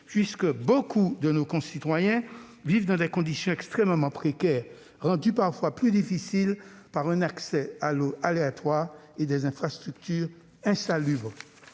puisque nombre de nos concitoyens vivant dans des conditions extrêmement précaires, rendues parfois plus difficiles par un accès à l'eau aléatoire et des infrastructures insalubres.